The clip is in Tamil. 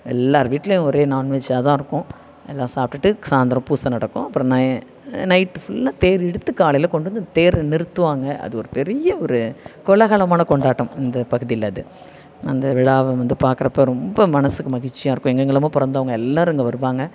எல்லாேர் வீட்லேயும் ஒரே நான்வெஜ்ஜாக தான் இருக்கும் எல்லாம் சாப்பிட்டுட்டு சாய்ந்திரம் பூஜை நடக்கும் அப்புறம் நை நைட்டு ஃபுல்லாக தேர் இழுத்து காலையில் கொண்டு வந்து தேரை நிறுத்துவாங்க அது ஒரு பெரிய ஒரு கோலாகலமான கொண்டாட்டம் இந்த பகுதியில் அது அந்த விழாவை வந்து பார்க்கறப்ப ரொம்ப மனதுக்கு மகிழ்ச்சியாக இருக்கும் எங்கெங்கலாம் பிறந்தவுங்க எல்லாேரும் இங்கே வருவாங்க